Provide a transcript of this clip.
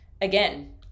again